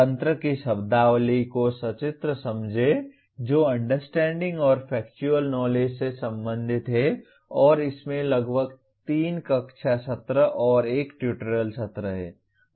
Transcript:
तंत्र की शब्दावली को सचित्र समझें जो अंडरस्टैंडिंग और फैक्चुअल नॉलेज से संबंधित है और इसमें लगभग 3 कक्षा सत्र और 1 ट्यूटोरियल सत्र हैं